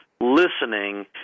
listening